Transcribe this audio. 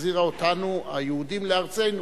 שהחזירה אותנו, היהודים, לארצנו,